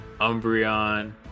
Umbreon